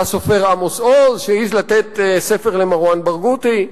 והסופר עמוס עוז שהעז לתת ספר למרואן ברגותי,